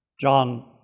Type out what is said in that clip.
John